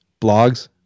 blogs